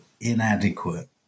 inadequate